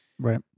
Right